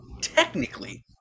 Technically